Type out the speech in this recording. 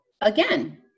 again